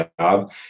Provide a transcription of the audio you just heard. job